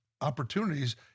opportunities